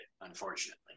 unfortunately